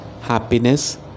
Happiness